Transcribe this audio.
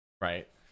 right